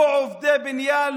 לא עובדי בניין,